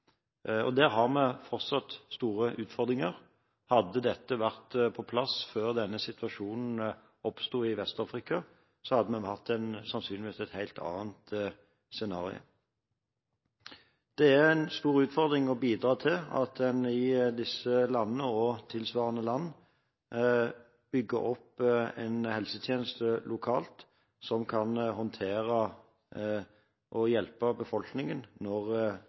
Der har vi fortsatt store utfordringer. Hadde dette vært på plass før denne situasjonen oppsto i Vest-Afrika, så hadde vi sannsynligvis hatt et helt annet scenario. Det er en stor utfordring å bidra til at en i disse landene, og i tilsvarende land, bygger opp en helsetjeneste lokalt som kan håndtere og hjelpe befolkningen når